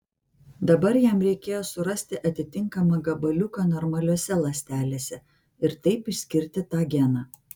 dabar jam reikėjo surasti atitinkamą gabaliuką normaliose ląstelėse ir taip išskirti tą geną